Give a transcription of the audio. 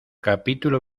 capítulo